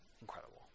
incredible